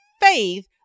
faith